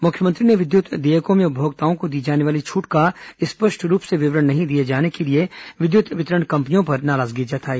मुख्यमंत्री ने विद्युत देयकों में उपभोक्ताओं को दी जाने वाली छूट का स्पष्ट रूप से विवरण नहीं दिए जाने क ेलिए विद्युत वितरण कंपनियों पर नाराजगी जताई